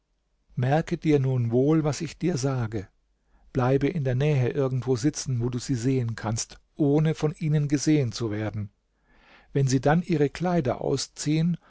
merke dir nun wohl was ich dir sage bleibe in der nähe irgendwo sitzen wo du sie sehen kannst ohne von ihnen gesehen zu werden wenn sie dann ihre kleider ausziehen